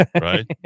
Right